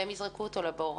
והם יזרקו אותו לבור.